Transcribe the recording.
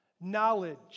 knowledge